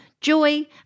joy